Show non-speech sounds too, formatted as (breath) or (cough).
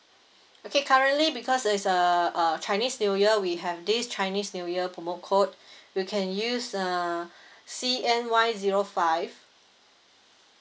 okay currently because it's uh uh chinese new year we have this chinese new year promo code (breath) you can use uh C N Y zero five